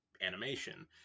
animation